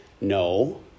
No